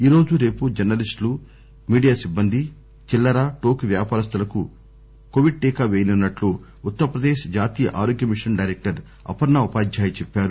ఈరోజు రేపు జర్నలిస్టులు మీడియా సిబ్బంది చిల్లర టోకు వ్యాపారస్తులకు కోవిడ్ టీకా పేయనున్నట్లు ఉత్తరప్రదేశ్ జాతీయ ఆరోగ్యమిషన్ డైరెక్టర్ అపర్ణ ఉపాధ్యాయ్ చెప్పారు